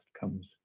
comes